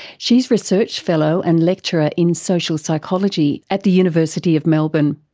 she's research fellow and lecturer in social psychology at the university of melbourne.